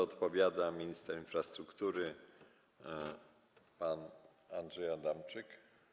Odpowiada minister infrastruktury pan Andrzej Adamczyk.